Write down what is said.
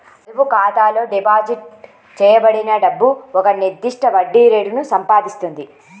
పొదుపు ఖాతాలో డిపాజిట్ చేయబడిన డబ్బు ఒక నిర్దిష్ట వడ్డీ రేటును సంపాదిస్తుంది